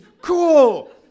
Cool